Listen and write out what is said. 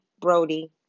Brody